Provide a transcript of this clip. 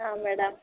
ಹಾಂ ಮೇಡಮ್